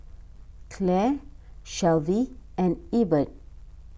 Claire Shelvie and Ebert